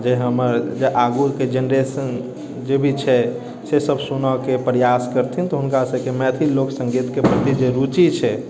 जे हमर आगूके जेनरेशन जे भी छै से सब सुनैके प्रयास करथिन तऽ हुनका सबके मैथिल लोकसङ्गीतके प्रति जे रूचि छै